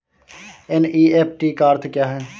NEFT का अर्थ क्या है?